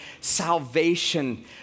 salvation